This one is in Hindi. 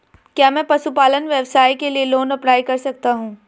क्या मैं पशुपालन व्यवसाय के लिए लोंन अप्लाई कर सकता हूं?